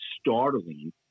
startling